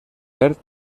verd